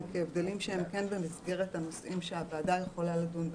כהבדלים שהם כן במסגרת הנושאים שהוועדה יכולה לדון בהם.